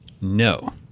No